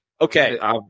Okay